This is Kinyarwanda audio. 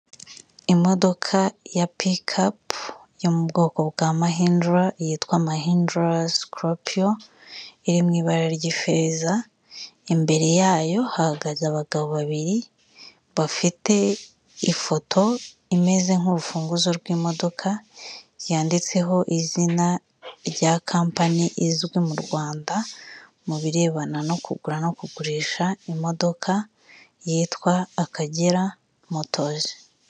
Imodoka ya pikapu yo mu bwoko bwa mahindura yitwa mahindurazi koropiyo iri mu ibara ry'ifeza imbere yayo hahagaze abagabo babiri bafite ifoto imeze nk'urufunguzo rw'imodoka yanditseho izina rya kampani izwi mu Rwanda mu birebana no kugura no kugurisha imodoka yitwa Akagera motors.